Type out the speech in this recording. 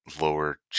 lower